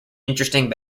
interesting